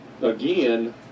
again